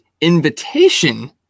invitation